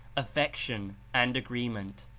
affection and agreement.